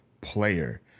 player